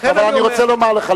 אבל אני רוצה רק לומר לך,